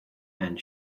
and